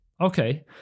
Okay